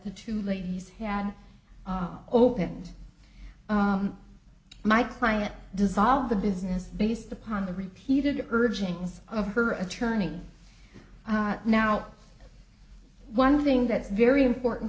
the two ladies had opened my client dissolved the business based upon the repeated urgings of her attorney now one thing that's very important